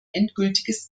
endgültiges